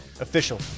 Official